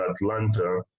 atlanta